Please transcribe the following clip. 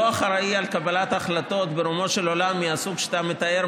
אני לא אחראי על קבלת החלטות ברומו של עולם מהסוג שאתה מתאר,